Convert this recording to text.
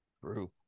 True